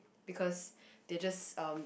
because they're just um